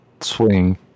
swing